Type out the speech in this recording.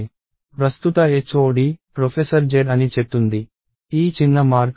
ప్రస్తుత HOD professor Z అని చెప్తుంది